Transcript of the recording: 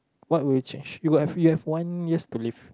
what will you change you have you have one years to live